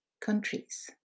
countries